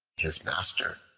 his master,